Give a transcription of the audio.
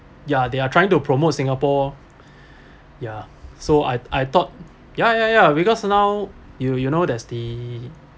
ya they are trying to promote singapore yeah so I I thought yeah yeah yeah because now you you know there's the